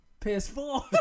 PS4